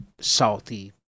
salty